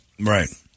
Right